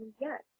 yes